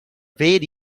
ver